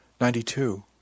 Ninety-two